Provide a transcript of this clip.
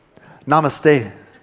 Namaste